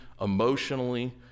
emotionally